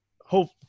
Hope